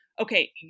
okay